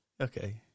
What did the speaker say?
Okay